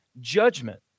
judgment